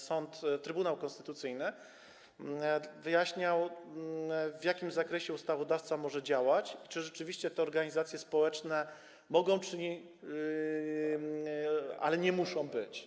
Sąd, Trybunał Konstytucyjny wyjaśniał, w jakim zakresie ustawodawca może działać i że rzeczywiście te organizacje społeczne mogą, ale nie muszą tam być.